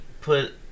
put –